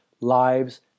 lives